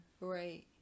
right